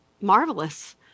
marvelous